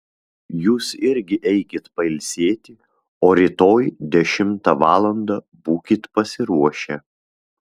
jūs irgi eikit pailsėti o rytoj dešimtą valandą būkit pasiruošę